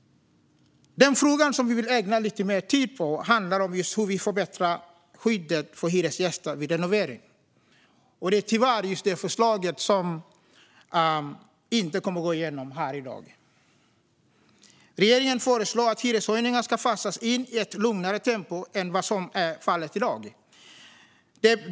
Den fråga som vi vill ägna lite mer tid åt handlar om hur vi ska förbättra skyddet för hyresgäster vid renoveringar. Det förslaget kommer tyvärr inte att gå igenom i dag. Regeringen föreslår att hyreshöjningar ska fasas in i ett lugnare tempo än vad som är fallet i dag.